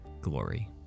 glory